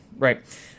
Right